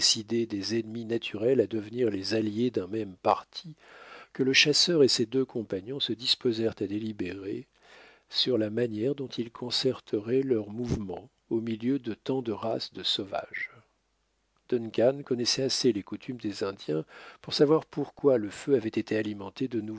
des ennemis naturels à devenir les alliés d'un même parti que le chasseur et ses deux compagnons se disposèrent à délibérer sur la manière dont ils concerteraient leurs mouvements au milieu de tant de races de sauvages duncan connaissait assez les coutumes des indiens pour savoir pourquoi le feu avait été alimenté de